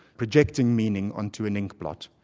projecting meaning onto an ink blot.